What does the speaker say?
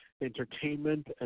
entertainment